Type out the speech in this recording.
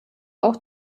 auch